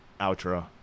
outro